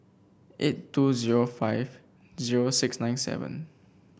eight two zero five zero six nine seven